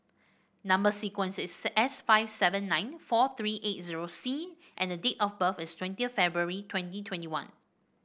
number sequence is S five seven nine four three eight zero C and the date of birth is twentieth February twenty twenty one